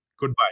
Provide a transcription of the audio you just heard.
Goodbye